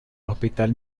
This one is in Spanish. hospital